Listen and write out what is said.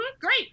great